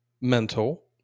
mental